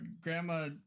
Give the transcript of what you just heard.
Grandma